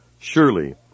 surely